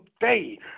day